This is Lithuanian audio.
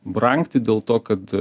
brangti dėl to kad